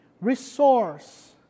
resource